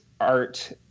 art